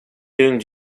during